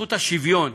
זכות השוויון